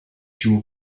joe